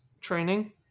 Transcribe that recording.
training